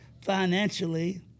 financially